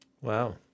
Wow